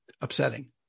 upsetting